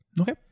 Okay